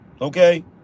Okay